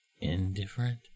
Indifferent